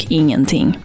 ingenting